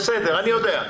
אני יודע.